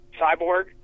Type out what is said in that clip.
cyborg